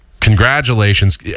Congratulations